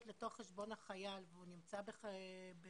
לתוך חשבון החייל והוא נמצא בחובה,